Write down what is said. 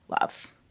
love